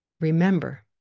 Remember